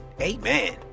Amen